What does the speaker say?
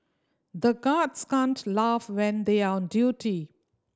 the guards can't laugh when they are on duty